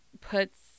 puts